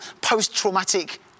post-traumatic